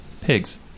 Pigs